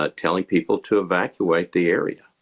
ah telling people to evacuate the area.